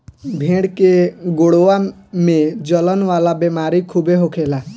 भेड़ के गोड़वा में जलन वाला बेमारी खूबे होखेला